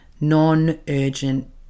non-urgent